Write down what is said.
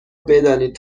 بدانید